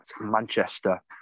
Manchester